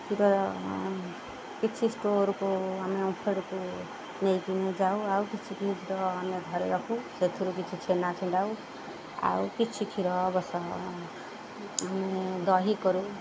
କ୍ଷୀର କିଛି ଷ୍ଟୋରକୁ ଆମେ ଓମଫେଡ଼କୁ ନେଇକି ଯାଉ ଆଉ କିଛି ଆମେ ଘରେ ରଖୁ ସେଥିରୁ କିଛି ଛେନା ଛିଣ୍ଡାଉ ଆଉ କିଛି କ୍ଷୀର ଅବଶ୍ୟ ଆମେ ଦହି କରୁ